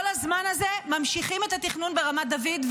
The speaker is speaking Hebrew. כל הזמן הזה ממשיכים את התכנון ברמת דוד,